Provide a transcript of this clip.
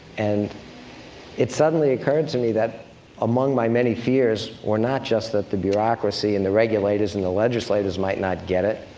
and it suddenly occurred to me, that among my many fears, were not just that the bureaucracy and the regulators and the legislators might not get it